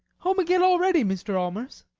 home again already, mr. allmers?